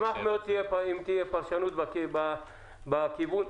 אשמח אם תהיה פרשנות רז,